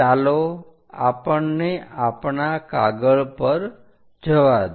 ચાલો આપણને આપણા કાગળ પર જવા દો